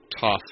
tough